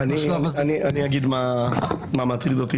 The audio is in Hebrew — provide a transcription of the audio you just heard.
אגיד מה מטריד אותי.